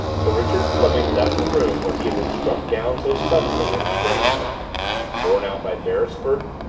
so richard fleming left the room where he had been struck down so suddenly and strangely borne out by beresford,